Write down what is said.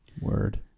Word